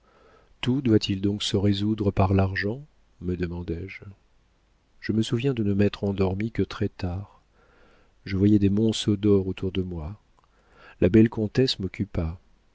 tout doit-il donc se résoudre par l'argent me demandais-je je me souviens de ne m'être endormi que très tard je voyais des monceaux d'or autour de moi la belle comtesse m'occupa